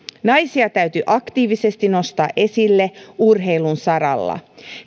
naisia täytyy aktiivisesti nostaa esille urheilun saralla